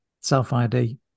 self-ID